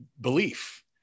belief